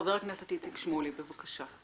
חבר הכנסת איציק שמולי, בבקשה.